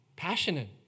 Passionate